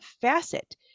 facet